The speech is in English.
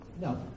No